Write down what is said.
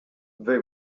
they